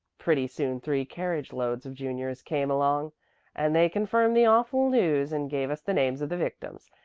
pretty soon three carriage loads of juniors came along and they confirmed the awful news and gave us the names of the victims,